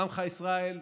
עמך ישראל,